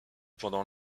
pendant